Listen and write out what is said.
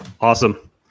Awesome